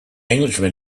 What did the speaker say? englishman